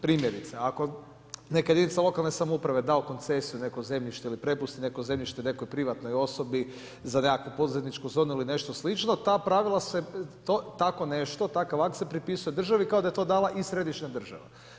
Primjerice, ako neka jedinice lokalne samouprave da u koncesiju neko zemljište ili prepusti neko zemljište nekoj privatnoj osobi, za nekakvu poduzetničku zonu ili nešto slično, ta pravila se, tako nešto, takav akt se pripisuje državi, kao da je to dala i središnja država.